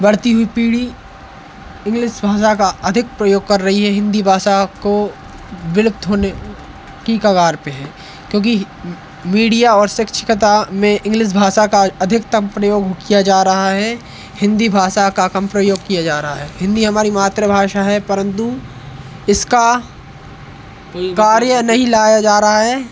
बढ़ती हुई पीढ़ी इंग्लिस भाषा का अधिक प्रयोग कर रही है हिंदी भाषा को विलुप्त होने की कगार पे है क्योंकि मीडिया और शैक्षिकता में इंग्लिस भाषा का अधिकतम प्रयोग किया जा रहा है हिंदी भाषा का कम प्रयोग किया जा रहा है हिंदी हमारी मातृभाषा है परंतु इसका कार्य नहीं लाया जा रहा है